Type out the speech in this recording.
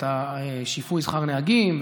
את שיפוי שכר הנהגים,